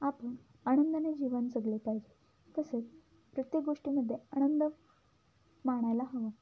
आपण आनंदाने जीवन जगले पाहिजे तसेच प्रत्येक गोष्टीमध्ये आनंद मानायला हवं